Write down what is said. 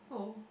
oh